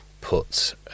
put